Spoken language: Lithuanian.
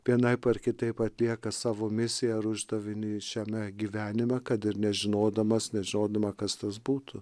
vienaip ar kitaip atlieka savo misiją ar uždavinį šiame gyvenime kad ir nežinodamas nežinodama kas tas būtų